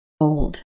old